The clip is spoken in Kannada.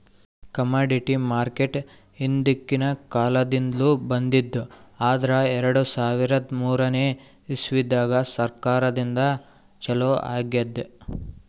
ಕಮಾಡಿಟಿ ಮಾರ್ಕೆಟ್ ಹಿಂದ್ಕಿನ್ ಕಾಲದಿಂದ್ಲು ಬಂದದ್ ಆದ್ರ್ ಎರಡ ಸಾವಿರದ್ ಮೂರನೇ ಇಸ್ವಿದಾಗ್ ಸರ್ಕಾರದಿಂದ ಛಲೋ ಆಗ್ಯಾದ್